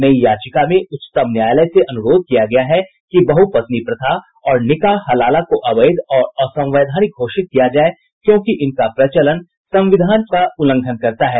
नई याचिका में उच्चतम न्यायालय से अनुरोध किया गया है कि बहुपत्नी प्रथा और निकाह हलाला को अवैध और असंवैधानिक घोषित किया जाए क्योंकि इनका प्रचलन संविधान के अनेक अनुच्छेदों का उल्लंघन करता है